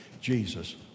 Jesus